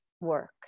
work